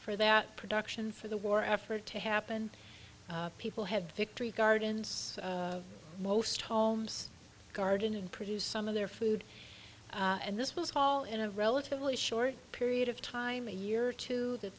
for that production for the war effort to happen people had victory gardens most homes garden produce some of their food and this was all in a relatively short period of time a year or two that